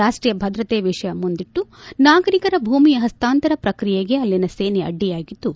ರಾಷ್ಲೀಯ ಭದ್ರತೆಯ ವಿಷಯ ಮುಂದಿಟ್ಲು ನಾಗರಿಕರ ಭೂಮಿಯ ಹಸ್ತಾಂತರ ಪ್ರಕ್ರಿಯೆಗೆ ಅಲ್ಲಿನ ಸೇನೆ ಅಡ್ಡಿಯಾಗಿದ್ದು